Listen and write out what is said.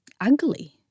ugly